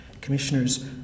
Commissioners